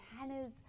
Hannah's